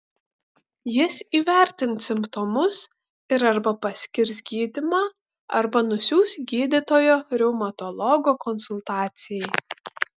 jis įvertins simptomus ir arba paskirs gydymą arba nusiųs gydytojo reumatologo konsultacijai